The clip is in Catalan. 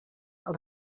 els